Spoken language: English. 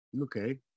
okay